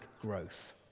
growth